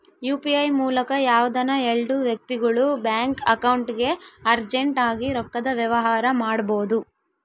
UPI ಮೂಲಕ ಯಾವ್ದನ ಎಲ್ಡು ವ್ಯಕ್ತಿಗುಳು ಬ್ಯಾಂಕ್ ಅಕೌಂಟ್ಗೆ ಅರ್ಜೆಂಟ್ ಆಗಿ ರೊಕ್ಕದ ವ್ಯವಹಾರ ಮಾಡ್ಬೋದು